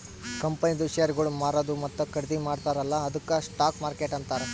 ಕಂಪನಿದು ಶೇರ್ಗೊಳ್ ಮಾರದು ಮತ್ತ ಖರ್ದಿ ಮಾಡ್ತಾರ ಅಲ್ಲಾ ಅದ್ದುಕ್ ಸ್ಟಾಕ್ ಮಾರ್ಕೆಟ್ ಅಂತಾರ್